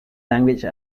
language